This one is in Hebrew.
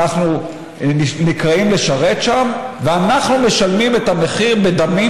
אנחנו נקראים לשרת שם ואנחנו משלמים את המחיר בדמים,